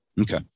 Okay